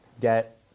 get